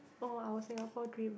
oh our Singapore dream